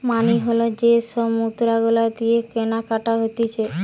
মানি হল যে সব মুদ্রা গুলা দিয়ে কেনাকাটি হতিছে